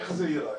איך זה ייראה?